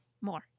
more